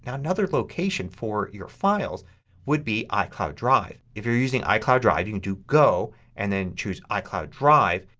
and another location for your files would be icloud drive. if you're using icloud drive you can do go and then choose icloud drive.